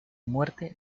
muerte